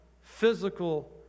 physical